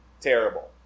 terrible